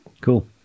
Cool